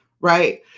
right